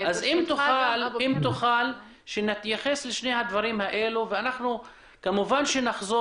אם תוכל להתייחס לשני הדברים הללו וכמובן שנחזור